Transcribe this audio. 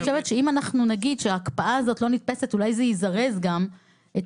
שאם אנחנו נגיד שההקפאה הזאת לא נתפסת אולי זה יזרז גם את